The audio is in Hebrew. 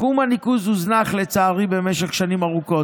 תחום הניקוז הוזנח, לצערי, במשך שנים ארוכות,